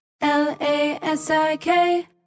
L-A-S-I-K